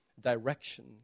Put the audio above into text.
direction